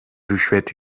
rüşvet